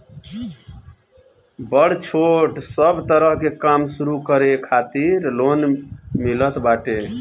बड़ छोट सब तरह के काम शुरू करे खातिर लोन मिलत बाटे